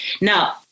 Now